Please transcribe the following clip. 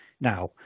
now